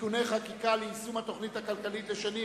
(תיקוני חקיקה ליישום התוכנית הכלכלית לשנים